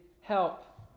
help